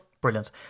Brilliant